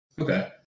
okay